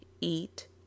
eat